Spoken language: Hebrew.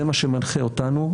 זה מה שמנחה אותנו,